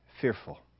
fearful